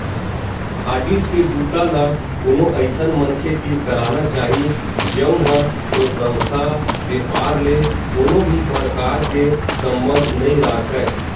audit के बूता ल कोनो अइसन मनखे तीर कराना चाही जउन ह ओ संस्था, बेपार ले कोनो भी परकार के संबंध नइ राखय